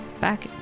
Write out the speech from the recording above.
back